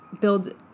build